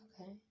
Okay